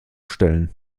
stellen